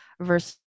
versus